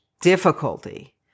difficulty